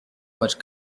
much